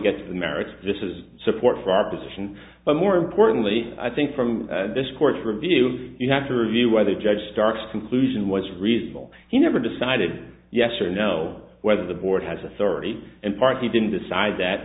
get to the merits this is support for our position but more importantly i think from this court's review you have to review whether judge stark's conclusion was reasonable he never decided yes or no whether the board has authority and part he didn't decide that